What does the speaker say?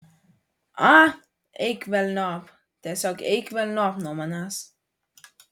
a eik velniop tiesiog eik velniop nuo manęs